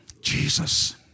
Jesus